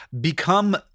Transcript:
become